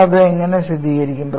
നമ്മൾ അത് എങ്ങനെ സ്ഥിരീകരിക്കും